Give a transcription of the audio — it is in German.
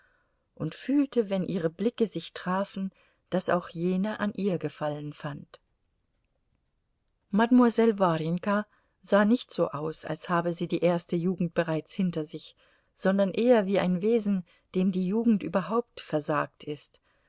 und fühlte wenn ihre blicke sich trafen daß auch jene an ihr gefallen fand mademoiselle warjenka sah nicht so aus als habe sie die erste jugend bereits hinter sich sondern eher wie ein wesen dem die jugend überhaupt versagt ist